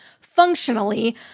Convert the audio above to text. Functionally